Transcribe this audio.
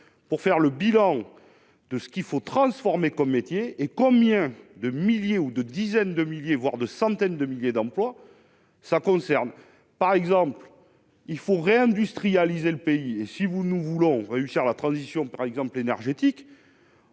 pour faire le bilan de ce qu'il faut transformer comme métier et combien de milliers ou de dizaines de milliers, voire de centaines de milliers d'emplois ça concerne par exemple il faut réindustrialiser le pays, et si vous nous voulons réussir la transition par